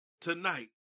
tonight